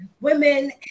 women